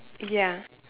ya